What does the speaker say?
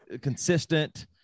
consistent